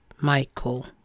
Michael